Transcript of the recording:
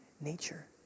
nature